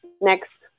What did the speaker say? next